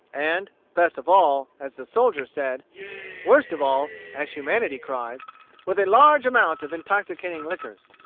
and best of all, as the soldiers said worst of all, as humanity cries with a large amount of intoxicating liquors.